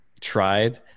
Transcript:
tried